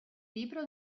libro